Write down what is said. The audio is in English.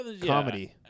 comedy